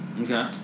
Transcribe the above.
Okay